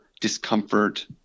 discomfort